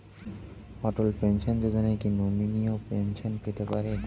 অটল pension Yojana কি নমনীয় pension পেতে পারে?